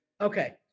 Okay